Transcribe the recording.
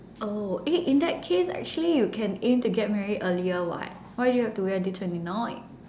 oh eh in that case actually you can aim to get married earlier [what] why do you have to wait until twenty nine